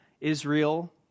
Israel